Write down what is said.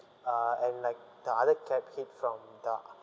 uh and like the other cab hit from the